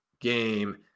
Game